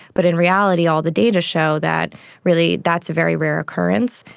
but in reality all the data show that really that's a very rare occurrence,